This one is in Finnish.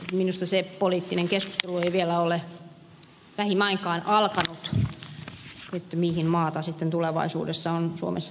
minusta se poliittinen keskustelu ei vielä ole lähimainkaan alkanut mihin maata sitten tulevaisuudessa on suomessa järkevää käyttää